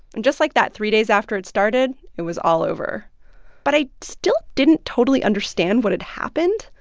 and just like that, three days after it started, it was all over but i still didn't totally understand what had happened.